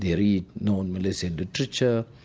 yeah read no and malaysian literature,